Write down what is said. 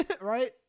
right